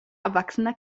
erwachsener